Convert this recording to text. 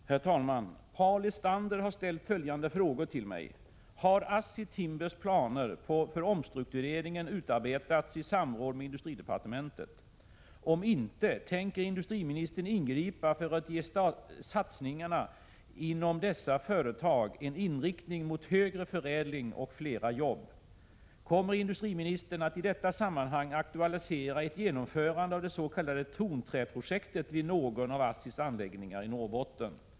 ksamheten vid . a OPERERAS een Herr talman! Paul Lestander har ställt följande frågor till mig: 1. Har ASSI Timbers planer för omstruktureringen utarbetats i samråd med industridepartementet? 2. Om inte, tänker industriministern ingripa för att ge satsningarna inom detta företag en inriktning mot högre förädling och flera jobb? 3. Kommer industriministern att i detta sammanhang aktualisera ett genomförande av det s.k. Tonträprojektet vid någon av ASSI:s anläggningar i Norrbotten? 4.